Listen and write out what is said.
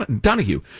Donahue